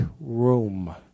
room